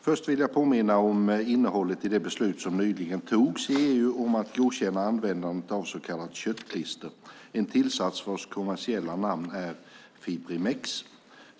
Först vill jag påminna om innehållet i det beslut som nyligen togs i EU om att godkänna användandet av så kallat köttklister, en tillsats vars kommersiella namn är Fibrimex.